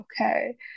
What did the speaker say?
okay